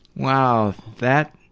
wow, that.